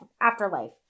afterlife